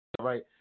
right